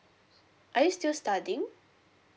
are you still studying